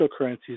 cryptocurrencies